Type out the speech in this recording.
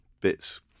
bits